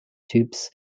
typs